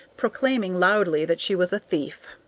proclaiming loudly that she was a thief.